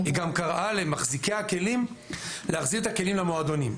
ההודעה גם קראה למחזיקי הכלים להחזיר את הכלים למועדונים.